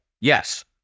Yes